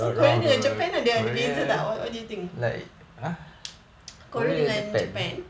korea dengan japan ada ada beza tak wha~ what do you think